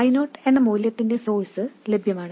I0 എന്ന മൂല്യത്തിന്റെ source ലഭ്യമാണ്